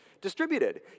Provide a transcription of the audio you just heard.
Distributed